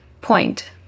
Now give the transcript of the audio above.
point